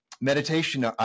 meditation